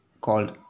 called